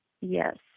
Yes